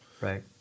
Right